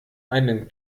einen